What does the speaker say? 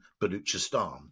Baluchistan